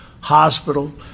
hospital